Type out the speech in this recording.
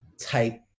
type